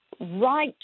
Right